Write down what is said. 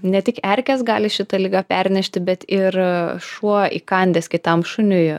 ne tik erkės gali šitą ligą pernešti bet ir šuo įkandęs kitam šuniui